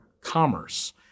commerce